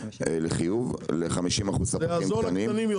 ל-50% ספקים קטנים,